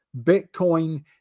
Bitcoin